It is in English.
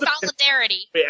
solidarity